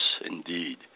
indeed